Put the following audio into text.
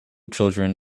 children